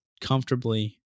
comfortably